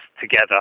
together